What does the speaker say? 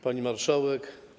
Pani Marszałek!